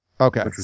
Okay